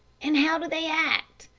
and how do they act?